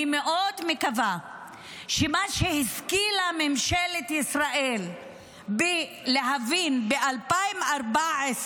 אני מאוד מקווה שמה שממשלת ישראל השכילה להבין ב-2014,